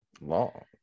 law